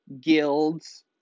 guilds